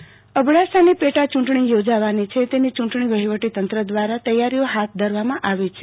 એમ પ્રજાપતી અબડાસાની પેટા ચૂંટણી યોજાવાની છે તેની ચૂંટણી વહીવટી તંત્ર દ્વારા તૈયારીઓ હાથ ધરવામાં આવી છે